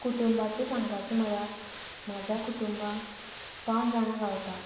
कुटूंबाचें सांगपाचें म्हळ्यार म्हाज्या कुटूंबांत पांच जाणां रावतात